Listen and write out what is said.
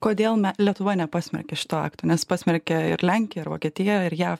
kodėl lietuva nepasmerkė šito akto nes pasmerkė ir lenkija ir vokietija ir jav